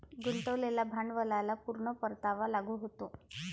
गुंतवलेल्या भांडवलाला पूर्ण परतावा लागू होतो